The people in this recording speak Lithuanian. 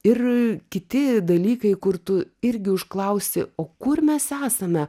ir kiti dalykai kur tu irgi užklausi o kur mes esame